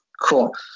Cool